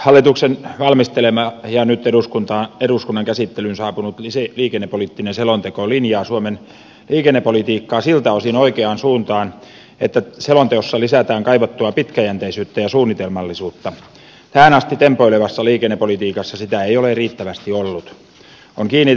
hallituksen valmistelema ja nyt eduskunnan käsittelyyn saapunut liikennepoliittinen selonteko linjaa suomen liikennepolitiikkaa siltä osin oikeaan suuntaan että selonteossa lisätään kaivattua pitkäjänteisyyttä ja suunnitelmallisuutta tähän asti tempoilevassa liikennepolitiikassa sitä ei ole riittävästi ollut